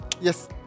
yes